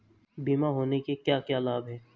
बीमा होने के क्या क्या लाभ हैं?